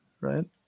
right